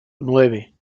nueve